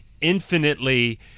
infinitely